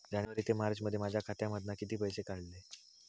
जानेवारी ते मार्चमध्ये माझ्या खात्यामधना किती पैसे काढलय?